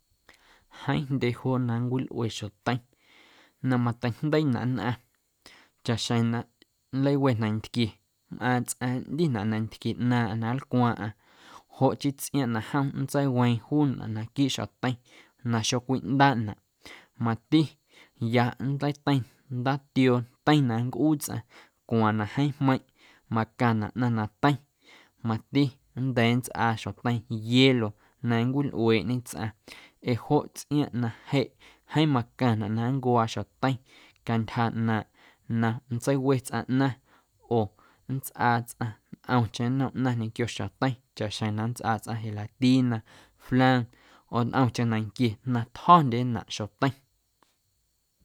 Jeeⁿ jndye joo na nncwilꞌue xjoteiⁿ na mateijndeiinaꞌ nnꞌaⁿ chaꞌxjeⁿ na nlawe nantquie mꞌaaⁿ tsꞌaⁿ nꞌndinaꞌ nantquie ꞌnaaⁿꞌaⁿ na nlcwaaⁿꞌaⁿ joꞌ chii tsꞌiaaⁿꞌ na jom nntseiweeⁿ juunaꞌ naquiiꞌ xjoteiⁿ na xocwiꞌndaaꞌnaꞌ mati ya nlateiⁿ ndaatioo teiⁿ na nncꞌuu tsꞌaⁿ cwaaⁿ na jeeⁿ jmeiⁿꞌ macaⁿnaꞌ ꞌnaⁿ na teiⁿ mati nnda̱a̱ nntsꞌaa xjoteiⁿ hielo na nncwilꞌueeꞌñe tsꞌaⁿ ee joꞌ tsꞌiaaⁿꞌ na jeꞌ jeeⁿ macaⁿnaꞌ nncwaa xjoteiⁿ cantyja ꞌnaaⁿꞌ na nntseiwe tsꞌaⁿ ꞌnaⁿ oo nntsꞌaa tsꞌaⁿ ntꞌomcheⁿ nnom ꞌnaⁿ ñequio xjoteiⁿ chaꞌxjeⁿ na nntsꞌaa tsꞌaⁿ gelatina, flan oo ntꞌomcheⁿ nanquie na tjo̱ndyenaꞌ xjoteiⁿ.